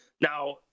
Now